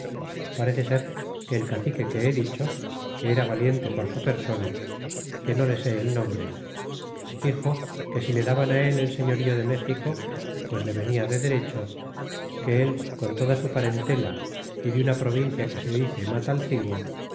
parece ser que el cacique que he dicho que era valiente por su persona que no le sé e nombre dixo que si le daban él el señorío de méxico pues le venia de derecho que él con toda su parentela y de una provincia que se dice matalcingo